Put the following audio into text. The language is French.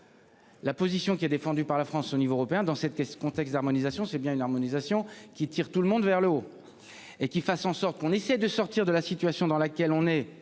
La position qui est défendue par la France au niveau européen dans cette caisse ce contexte d'harmonisation. C'est bien une harmonisation qui tire tout le monde vers le haut. Et qui fasse en sorte qu'on essaie de sortir de la situation dans laquelle on est